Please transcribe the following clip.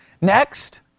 Next